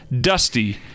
dusty